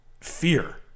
fear